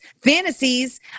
fantasies